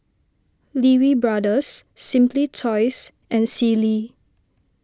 Lee Wee Brothers Simply Toys and Sealy